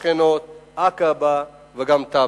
השכנות עקבה וגם טאבה.